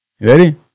ready